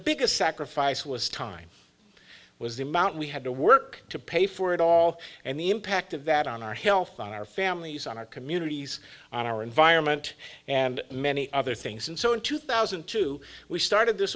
biggest sacrifice was time was the amount we had to work to pay for it all and the impact of that on our health on our families on our communities and our environment and many other things and so in two thousand and two we started this